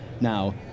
now